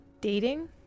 dating